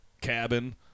cabin